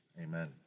Amen